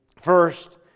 First